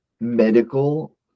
medical